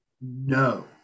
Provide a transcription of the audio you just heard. no